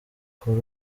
kuri